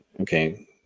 okay